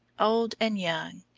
old and young.